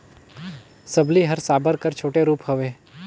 सबली हर साबर कर छोटे रूप हवे